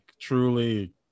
truly